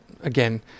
Again